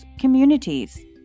communities